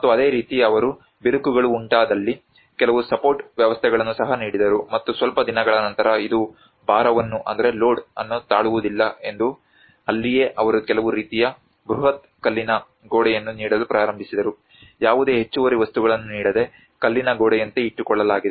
ಮತ್ತು ಅದೇ ರೀತಿ ಅವರು ಬಿರುಕುಗಳು ಉಂಟಾದಲ್ಲಿ ಕೆಲವು ಸಪೋರ್ಟ್ ವ್ಯವಸ್ಥೆಗಳನ್ನೂ ಸಹ ನೀಡಿದರು ಮತ್ತು ಸ್ವಲ್ಪ ದಿನಗಳ ನಂತರ ಇದು ಭಾರವನ್ನು ತಾಳುವದಿಲ್ಲ ಎಂದು ಅಲ್ಲಿಯೇ ಅವರು ಕೆಲವು ರೀತಿಯ ಬೃಹತ್ ಕಲ್ಲಿನ ಗೋಡೆಯನ್ನು ನೀಡಲು ಪ್ರಾರಂಭಿಸಿದರು ಯಾವುದೇ ಹೆಚ್ಚುವರಿ ವಸ್ತುಗಳನ್ನು ನೀಡದೆ ಕಲ್ಲಿನ ಗೋಡೆಯಂತೆ ಇಟ್ಟುಕೊಳ್ಳಲಾಗಿದೆ